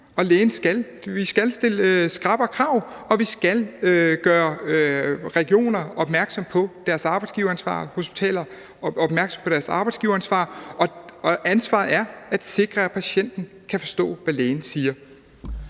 Vi skal stille skrappere krav, og vi skal gøre regioner og hospitaler opmærksomme på deres arbejdsgiveransvar. Og det er ansvaret for at sikre, at patienten kan forstå, hvad lægen siger.